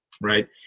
right